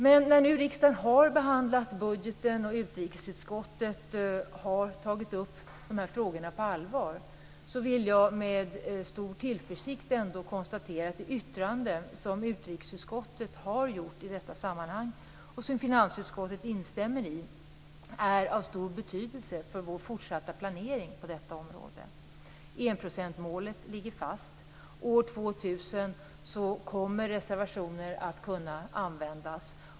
Men när nu riksdagen har behandlat budgeten och utrikesutskottet har tagit upp dessa frågor på allvar, vill jag med stor tillförsikt ändå konstatera att det yttrande som utrikesutskottet har gjort i detta sammanhang, och som finansutskottet instämmer i, är av stor betydelse för vår fortsatta planering på detta område. Enprocentsmålet ligger fast. År 2000 kommer reservationer att kunna användas.